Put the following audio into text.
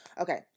Okay